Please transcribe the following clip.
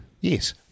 Yes